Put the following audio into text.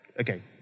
okay